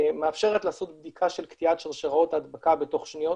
מאפשרת לעשות בדיקה של קטיעת שרשראות ההדבקה בתוך שניות